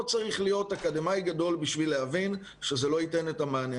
צריך להיות אקדמאי גדול כדי להבין שזה לא ייתן את המענה.